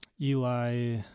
Eli